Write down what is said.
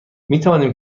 میتوانیم